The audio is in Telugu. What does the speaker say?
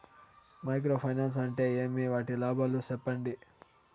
మైక్రో ఫైనాన్స్ అంటే ఏమి? వాటి లాభాలు సెప్పండి?